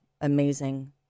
amazing